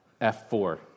F4